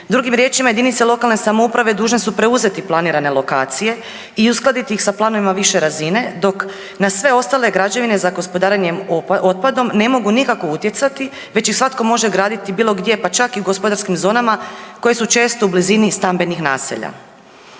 Drugim riječima, JLS-ovi dužne su preuzeti planirane lokacije i uskladiti ih sa planovima više razine dok na sve ostale građevine za gospodarenje otpadom ne mogu nikako utjecati već ih svatko može graditi bilo gdje, pa čak i u gospodarskim zonama koje su često u blizini stambenih naselja.